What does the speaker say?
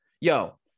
Yo